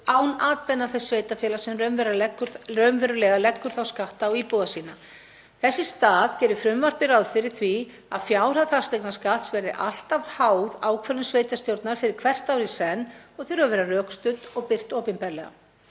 án atbeina þess sveitarfélags sem raunverulega leggur þá skatta á íbúa sína. Þess í stað gerir frumvarpið ráð fyrir því að fjárhæð fasteignaskatts verði alltaf háð ákvörðun sveitarstjórnar fyrir hvert ár í senn og þurfi að vera rökstudd og birt opinberlega